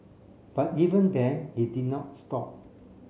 but even then he did not stop